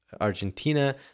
Argentina